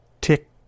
tick